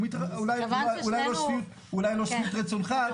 אולי לא לשביעות רצונך,